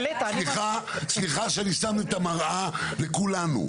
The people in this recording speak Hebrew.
סליחה שאני שם את המראה לכולנו.